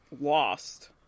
lost